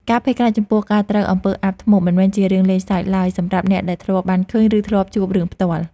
ការភ័យខ្លាចចំពោះការត្រូវអំពើអាបធ្មប់មិនមែនជារឿងលេងសើចឡើយសម្រាប់អ្នកដែលធ្លាប់បានឃើញឬធ្លាប់ជួបរឿងផ្ទាល់។